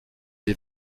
les